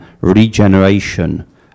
regeneration